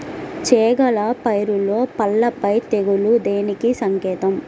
చేగల పైరులో పల్లాపై తెగులు దేనికి సంకేతం?